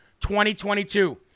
2022